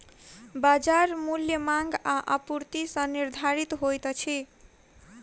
बजार मूल्य मांग आ आपूर्ति सॅ निर्धारित होइत अछि